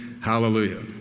Hallelujah